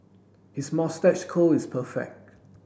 his moustache curl is perfect